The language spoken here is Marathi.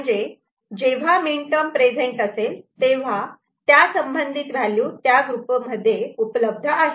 म्हणजे जेव्हा मीनटर्म प्रेझेंट असेल तेव्हा त्यासंबंधित व्हॅलयु त्या ग्रुपमध्ये उपलब्ध आहे